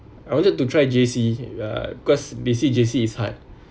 I wanted to try J_C uh cause they say J_C is hard